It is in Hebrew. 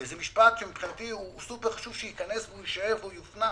וזה משפט שמבחינתי שסופר חשוב שייכנס ויופנם: